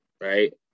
right